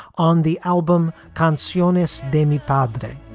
on the album conciousness demi pob today.